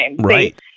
Right